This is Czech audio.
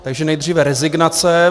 Takže nejdříve rezignace.